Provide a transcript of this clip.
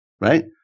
right